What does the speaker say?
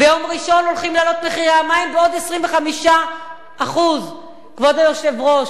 ביום ראשון הולכים להעלות את מחירי המים בעוד 25%. כבוד היושב-ראש,